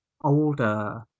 older